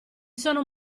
sono